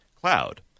cloud